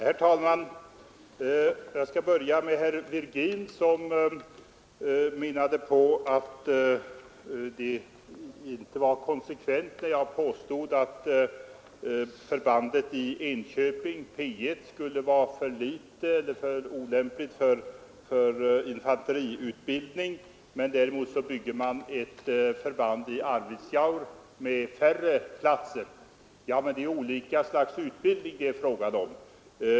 Herr talman! Jag skall börja med herr tredje vice talmannen Virgin som menade att det inte var konsekvent att påstå att förbandet i Enköping, P 1, skulle vara så litet och därmed olämpligt för infanteriut bildning när förbandet i Arvidsjaur, som vi förordar, byggs för ett färre antal platser. Men det är olika slags utbildning det är fråga om.